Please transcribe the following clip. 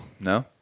No